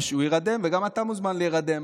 הוא יירדם, וגם אתה מוזמן להירדם.